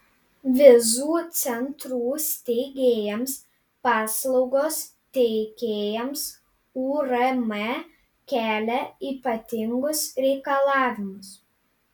vizų centrų steigėjams paslaugos teikėjams urm kelia ypatingus reikalavimus